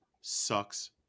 sucks